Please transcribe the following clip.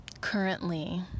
currently